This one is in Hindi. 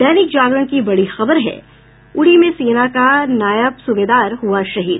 दैनिक जागरण की बड़ी खबर है उड़ी में सेना का नायब सुबेदार हुआ शहीद